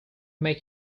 make